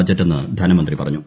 ബജറ്റെന്ന് ധനമന്ത്രി പറഞ്ഞു